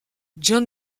john